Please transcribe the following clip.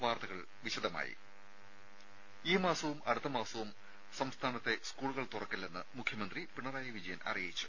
വാർത്തകൾ വിശദമായി ഈ മാസവും അടുത്ത മാസവും സംസ്ഥാനത്തെ സ്കൂളുകൾ തുറക്കില്ലെന്ന് മുഖ്യമന്ത്രി പിണറായി വിജയൻ അറിയിച്ചു